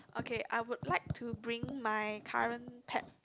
okay I would like to bring my current pet